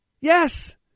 Yes